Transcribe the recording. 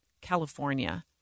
California